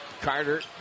Carter